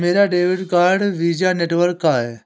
मेरा debit card Visa network का है